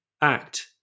act